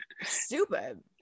stupid